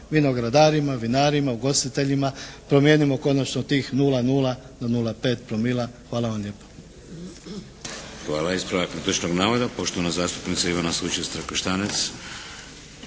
vinogradarima, vinarima, ugostiteljima. Promijenimo konačno tih 0,0 na 0,5 promila. Hvala vam lijepa. **Šeks, Vladimir (HDZ)** Hvala. Ispravak netočnog navoda poštovana zastupnica Ivana Sučec-Trakoštanec.